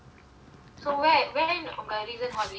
so where when is the recent holiday